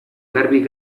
garbi